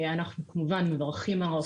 אנחנו כמובן מברכים על הרפורמה הזאת,